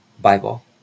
Bible